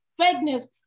fakeness